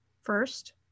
First